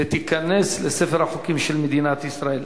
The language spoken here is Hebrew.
ותיכנס לספר החוקים של מדינת ישראל.